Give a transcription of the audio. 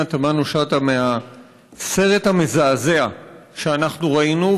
תמנו-שטה מהסרט המזעזע שאנחנו ראינו,